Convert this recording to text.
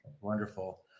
Wonderful